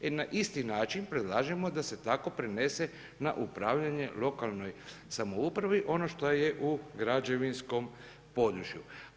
Jer na isti način predlažemo da se tako prenese na upravljanje lokalnoj samoupravi ono što je u građevinskom području.